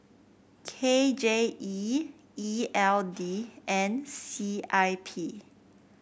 K J E E L D and C I P